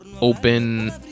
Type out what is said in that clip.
open